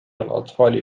الأطفال